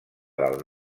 del